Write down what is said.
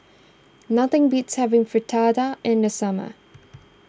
nothing beats having Fritada in the summer